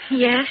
Yes